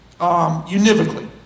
univocally